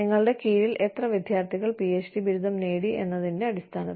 നിങ്ങളുടെ കീഴിൽ എത്ര വിദ്യാർത്ഥികൾ പിഎച്ച്ഡി ബിരുദം നേടി എന്നതിന്റെ അടിസ്ഥാനത്തിൽ